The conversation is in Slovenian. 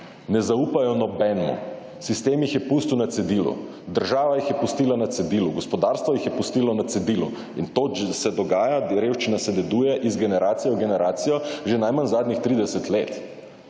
Ne zaupajo nobenemu. Sistem jih je pustil na cedilu, država jih je pustila na cedilu, gospodarstvo jih je pustilo na cedilu in to se dogaja, revščina se deduje iz generacije v generacijo že najmanj zadnjih 30 let.